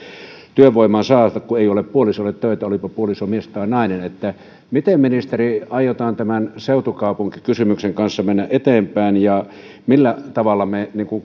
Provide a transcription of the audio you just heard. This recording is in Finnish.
työvoimaa saada kun ei ole puolisolle töitä olipa puoliso mies tai nainen miten ministeri aiotaan tämän seutukaupunkikysymyksen kanssa mennä eteenpäin ja millä tavalla me